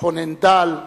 "חונן דל",